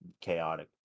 chaotic